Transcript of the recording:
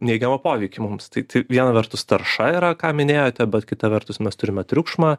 neigiamą poveikį mums tai tai viena vertus tarša yra ką minėjote bet kita vertus mes turime triukšmą